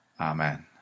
Amen